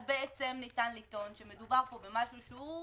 אז בעצם ניתן לטעון שמדובר פה במשהו שהוא